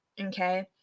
okay